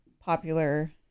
popular